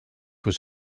was